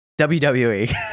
WWE